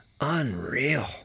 unreal